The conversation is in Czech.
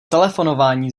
telefonování